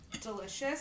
delicious